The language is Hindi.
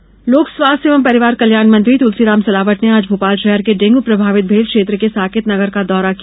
डेंगू लोक स्वास्थ्य एवं परिवार कल्याण मंत्री तुलसीराम सिलावट ने आज भोपाल शहर के डेंगू प्रभावित भेल क्षेत्र के साकेत नगर का दौरा किया